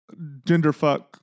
genderfuck